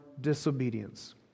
disobedience